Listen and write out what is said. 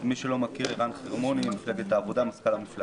מי שלא מכיר, אני מזכ"ל המפלגה.